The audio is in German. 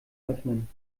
öffnen